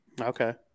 Okay